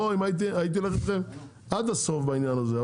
הייתי הולך איתכם עד הסוף בעניין הזה,